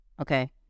Okay